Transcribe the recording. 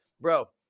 bro